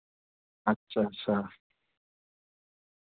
अच्छा अच्छा